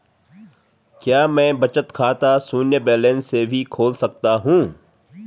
क्या मैं बचत खाता शून्य बैलेंस से भी खोल सकता हूँ?